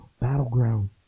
battleground